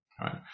Right